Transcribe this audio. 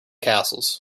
castles